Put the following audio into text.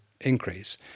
increase